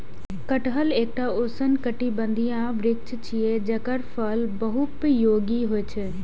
कटहल एकटा उष्णकटिबंधीय वृक्ष छियै, जेकर फल बहुपयोगी होइ छै